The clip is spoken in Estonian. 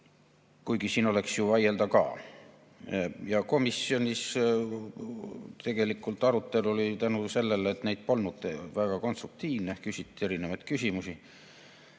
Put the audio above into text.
kuigi siin oleks ju vaielda ka. Komisjonis tegelikult arutelu oli tänu sellele, et neid polnud, väga konstruktiivne. Küsiti erinevaid küsimusi,